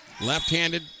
left-handed